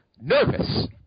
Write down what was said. nervous